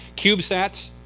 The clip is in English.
cube sats,